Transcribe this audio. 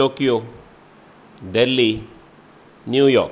Tokyo Delhi New York